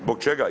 Zbog čega?